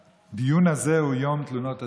הדיון הזה הוא ליום תלונות הציבור,